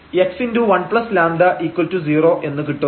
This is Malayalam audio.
അപ്പോൾ x1λ0 എന്ന് കിട്ടും